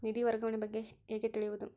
ನಿಧಿ ವರ್ಗಾವಣೆ ಬಗ್ಗೆ ಹೇಗೆ ತಿಳಿಯುವುದು?